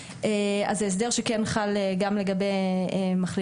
אז זה הסדר שכן חל לגבי מחלימים.